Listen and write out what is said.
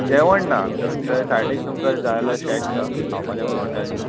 जेवण ना आमचे कडेन थंय सायडीक तुमकां जाय जाल्यार शेक्स हा खावपाचें हॉटेल ना